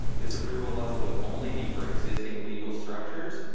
this approval level would only be for existing legal structures.